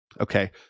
Okay